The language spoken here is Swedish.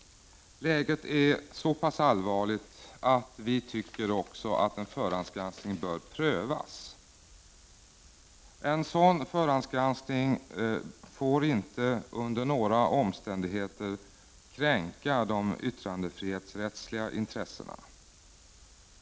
Läget är så pass allvarligt att vi tycker att en förhandsgranskning bör prövas. En sådan förhandsgranskning får inte under några omständigheter kränka de yttrandefrihetsrättsliga intressena.